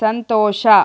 ಸಂತೋಷ